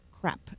crap